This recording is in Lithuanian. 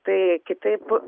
tai kitaip